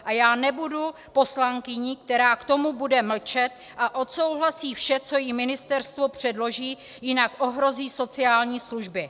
A já nebudu poslankyní, která k tomu bude mlčet a odsouhlasí vše, co jí ministerstvo předloží, jinak ohrozí sociální služby.